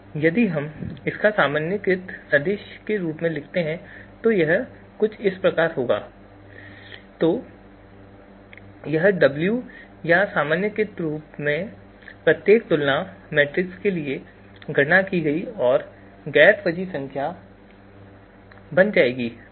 यदि हम इसका सामान्यीकृत सदिश रूप लिखते हैं तो यह कुछ इस प्रकार होगा तो यह डब्ल्यू या सामान्यीकृत रूप प्रत्येक तुलना मैट्रिक्स के लिए गणना की गई एक गैर फजी संख्या बन जाएगी